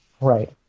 Right